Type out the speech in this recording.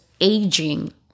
aging